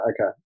Okay